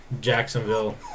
Jacksonville